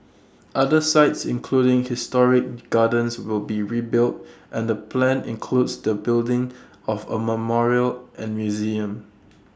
other sites including historic gardens will be rebuilt and the plan includes the building of A memorial and museum